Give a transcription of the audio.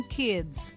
kids